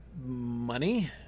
money